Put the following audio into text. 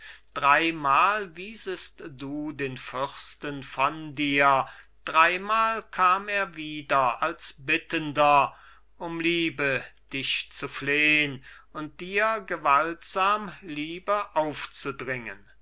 dreimal wiesest du den fürsten von dir dreimal kam er wieder als bittender um liebe dich zu flehn und dir gewaltsam liebe aufzudringen